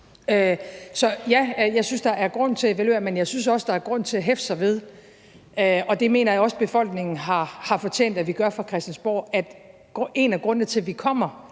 blandt ligesindede lande. Så ja, jeg synes også, at der er grund til at hæfte sig ved – og det mener jeg også befolkningen har fortjent vi gør fra Christiansborgs side af – at en af grundene til, at vi kommer